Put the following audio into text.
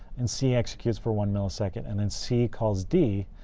and c executes for one millisecond. and then c calls d,